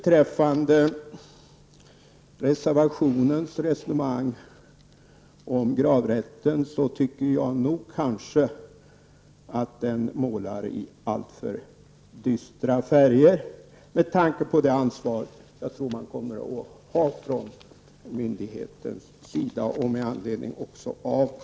Jag tycker att man i reservationen om gravrätt målar i alltför dystra färger med tanke på det ansvar som jag tror att myndigheten kommer att ta.